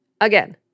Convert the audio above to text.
Again